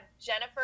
jennifer